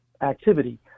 activity